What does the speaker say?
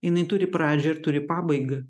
jinai turi pradžią ir turi pabaigą